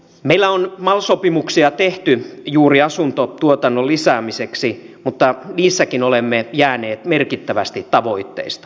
meillä on mal sopimuksia tehty juuri asuntotuotannon lisäämiseksi mutta niissäkin olemme jääneet merkittävästi tavoitteista